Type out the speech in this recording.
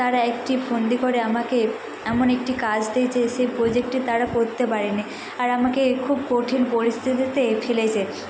তারা একটি ফন্দি করে আমাকে এমন একটি কাজ দিয়েছে সেই প্রজেক্টটি তারা করতে পারেনি আর আমাকে খুব কঠিন পরিস্থিতিতে ফেলেছে